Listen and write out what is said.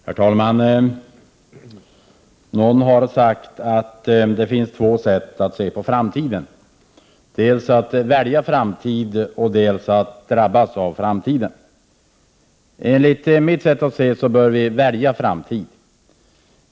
Herr talman! Någon har sagt att det finns två sätt att se på framtiden: dels att välja framtid, dels att drabbas av framtiden. Enligt mitt sätt att se bör vi välja framtid.